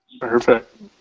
Perfect